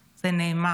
זה נאמר,